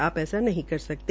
आप ऐसा नहीं कर सकते